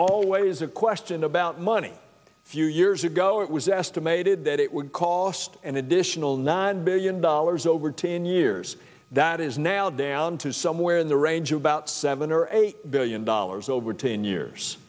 always a question about money few years ago it was estimated that it would cost an additional nine billion dollars over ten years that it is now down to somewhere in the range of about seven or eight billion dollars over ten years